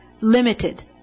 limited